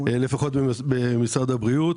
לפחות במשרד הבריאות,